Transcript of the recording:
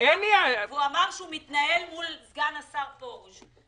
ואמר שהוא מתנהל מול סגן השר פרוש,